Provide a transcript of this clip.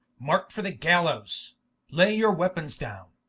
mark'd for the gallowes lay your weapons downe,